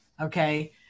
okay